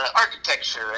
architecture